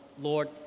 Lord